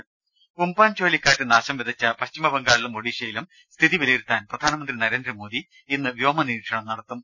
ത ഉം പാൻ ചുഴലിക്കാറ്റ് നാശം വിതച്ച പശ്ചിമബംഗാളിലും ഒഡീഷയിലും സ്ഥിതി വിലയിരുത്താൻ പ്രധാനമന്ത്രി നരേന്ദ്രമോദി ഇന്ന് വ്യോമ നിരീക്ഷണം നടത്തും